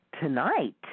tonight